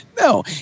No